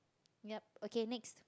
yup okay next